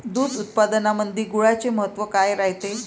दूध उत्पादनामंदी गुळाचे महत्व काय रायते?